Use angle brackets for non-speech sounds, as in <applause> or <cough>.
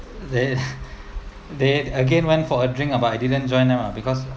they <laughs> they again went for a drink but I didn't join them ah because